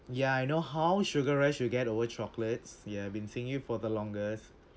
ya I know how sugar rush you get over chocolates yeah been seeing you for the longest